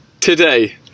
today